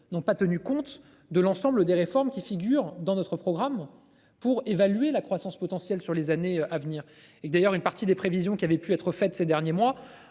n'ont pas tenu compte de l'ensemble des réformes qui figure dans notre programme pour évaluer la croissance. Potentiel sur les années à venir et d'ailleurs une partie des prévisions qui avaient pu être faites ces derniers mois